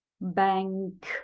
bank